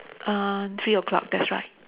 uh three o-clock that's right